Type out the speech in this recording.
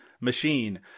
machine